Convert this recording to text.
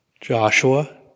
Joshua